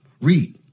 Read